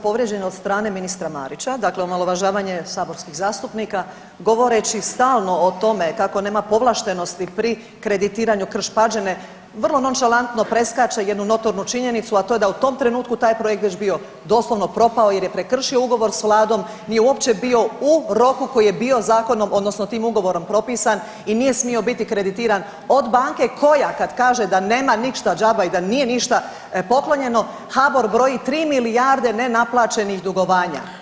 Povrijeđen od strane ministra Marića, dakle omalovažavanje saborskih zastupnika govoreći stalno o tome kako nema povlaštenosti pri kreditiranju Krš-Pađene vrlo nonšalantno preskače jednu notornu činjenicu, a to je da je u tom trenutku taj projekt već bio doslovno propao jer je prekršio ugovor s vladom nije uopće bio u roku koji je bio zakonom odnosno tim ugovorom propisan i nije smio biti kreditiran od banke koja kad kaže nema ništa džaba i da nije ništa poklonjeno HBOR broji 3 milijarde nenaplaćenih dugovanja.